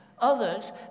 Others